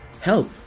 help